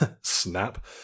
snap